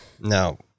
No